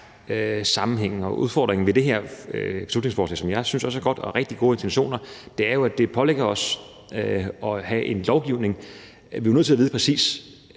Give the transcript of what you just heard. sammenhængen, og udfordringen ved det her beslutningsforslag, som jeg også synes er godt og har rigtig gode intentioner, er, at det pålægger os at lave en lovgivning. Vi er jo nødt til at vide præcis,